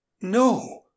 No